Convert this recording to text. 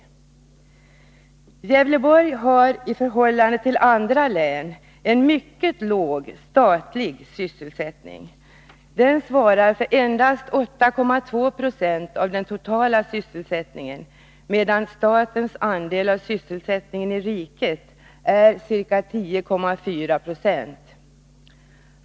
Gävleborgs län har i förhållande till andra län en mycket låg statlig sysselsättning. Den svarar för endast 8,2 90 av den totala sysselsättningen, medan statens andel av sysselsättningen i riket är ca 10,4 96.